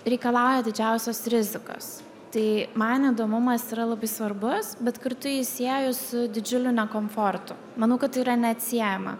reikalauja didžiausios rizikos tai man įdomumas yra labai svarbus bet kartu jį sieju su didžiuliu nekomfortu manau kad tai yra neatsiejama